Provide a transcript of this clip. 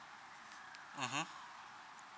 mmhmm